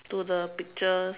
to the picture